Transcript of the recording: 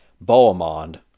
Bohemond